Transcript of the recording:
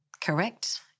correct